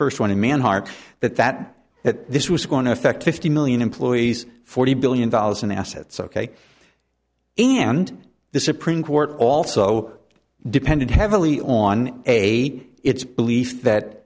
first one a man hard that that that this was going to affect fifty million employees forty billion dollars in assets ok and the supreme court also depended heavily on eight it's belief that